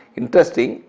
interesting